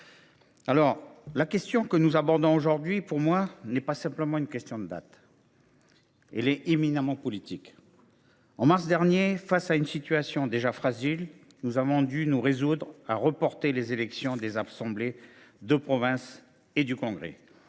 déroule. Le sujet que nous abordons aujourd’hui n’est pas simplement une question de dates. Il est éminemment politique. En mars dernier, face à une situation déjà fragile, nous avons dû nous résoudre à reporter les élections des assemblées de province et du congrès,